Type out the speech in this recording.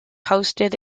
hosted